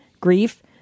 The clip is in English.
grief